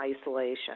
isolation